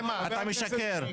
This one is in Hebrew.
משקר.